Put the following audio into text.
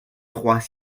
trois